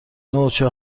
نوچه